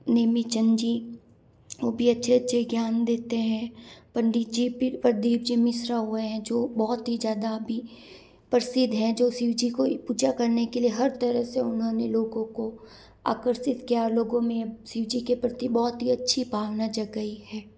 निमीचंद जी वो भी अच्छे अच्छे ज्ञान देते हैं पंडित जी प्रदीप जी मिश्रा हुए हैं जो बहुत ही ज़्यादा अभी प्रसिद्ध हैं जो शिव जी को पूजा करने के लिए हर तरह से उन्होंने लोगों को आकर्षित किया लोगों में शिव जी के प्रति बहुत ही अच्छी भावना जगाई है